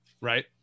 Right